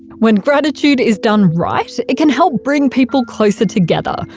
when gratitude is done right, it can help bring people closer together.